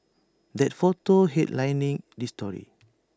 that photo headlining this story